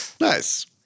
Nice